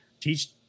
teach